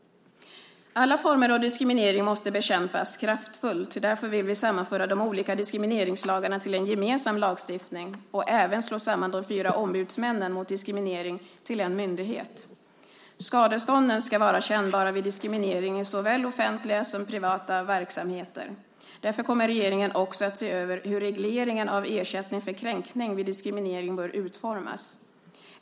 Alla former av diskriminering måste bekämpas kraftfullt. Därför vill vi sammanföra de olika diskrimineringslagarna till en gemensam lagstiftning och även slå samman de fyra ombudsmännen mot diskriminering till en myndighet. Skadestånden ska vara kännbara vid diskriminering i såväl offentliga som privata verksamheter. Därför kommer regeringen också att se över hur regleringen av ersättning för kränkning vid diskriminering bör utformas.